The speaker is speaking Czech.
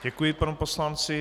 Děkuji panu poslanci.